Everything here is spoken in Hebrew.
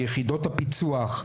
ביחידות הפיצו"ח.